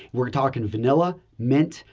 we're talking vanilla, mint,